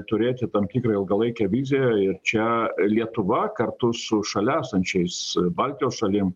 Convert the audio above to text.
turėti tam tikrą ilgalaikę viziją ir čia lietuva kartu su šalia esančiais baltijos šalim